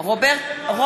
איך?